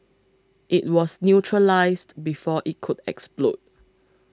it was neutralised before it could explode